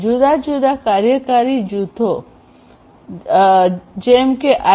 જુદા જુદા કાર્યકારી જૂથો છે જેમ કે આઇ